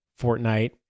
Fortnite